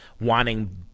wanting